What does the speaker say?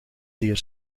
zeer